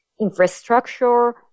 infrastructure